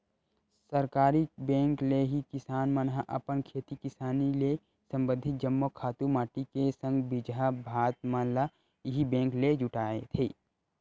सहकारी बेंक ले ही किसान मन ह अपन खेती किसानी ले संबंधित जम्मो खातू माटी के संग बीजहा भात मन ल इही बेंक ले जुटाथे